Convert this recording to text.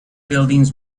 buildings